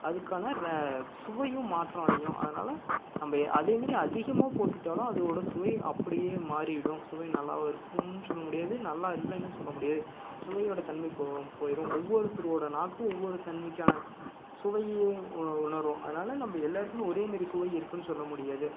அதுக்கான சுவையும் மாற்றம் அடையும் அதனால் நம்ம அதேமாரி அதிகமாக போட்டுட்டாலும் அதோட சுவை அப்படியே மாறிவிடும் சுவை நல்லாவும் இருக்கும்னு சொல்ல முடியாது நல்லா இல்லேன்னும் சொல்ல முடியாது சுவையோட தன்மை போய்டும் ஒவ்வொருத்தரோட நாக்கு ஒவ்வொரு தன்மைக்கான சுவையை உணரும் அதனால் நம்ம எல்லோருக்கும் ஒரேமாரி சுவை இருக்கும்னு சொல்லமுடியாது